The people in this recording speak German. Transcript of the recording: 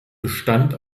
bestand